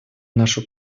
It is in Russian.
нашу